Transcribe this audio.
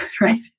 right